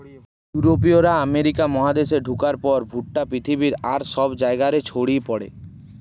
ইউরোপীয়রা আমেরিকা মহাদেশে ঢুকার পর ভুট্টা পৃথিবীর আর সব জায়গা রে ছড়ি পড়ে